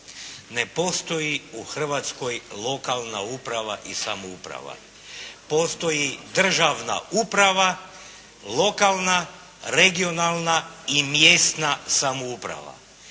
Ne postoji u Hrvatskoj lokalna uprava i samouprava. Postoji državna uprava, lokalna, regionalna i mjesna samouprava.